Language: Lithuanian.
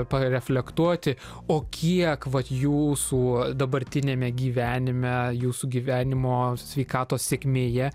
pareflektuoti o kiek vat jūsų dabartiniame gyvenime jūsų gyvenimo sveikatos sėkmėje